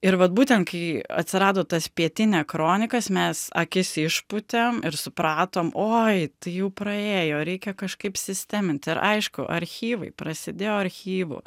ir vat būtent kai atsirado tas pietinia kronikas mes akis išpūtėm ir supratom oi tai jau praėjo reikia kažkaip sisteminti ir aišku archyvai prasidėjo archyvų